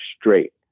straight